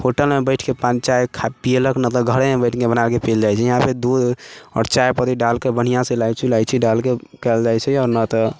होटलमे बैठिके पान चाय खा पीएलक नहि तऽ घरेमे बैठिके बनाके पियल जाइ छै हियाँपे दूध आओर चायपत्ती डालके बन्हियाँसँ ईलायची उलायची डालि कऽ कयल जाइ छै या नहि तऽ